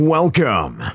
Welcome